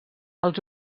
els